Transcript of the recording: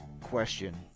question